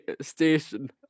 station